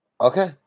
Okay